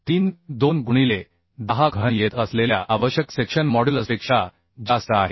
32 गुणिले 10 घन येत असलेल्या आवश्यक सेक्शन मॉड्युलसपेक्षा जास्त आहे